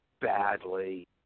badly